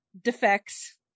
defects